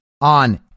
on